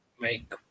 make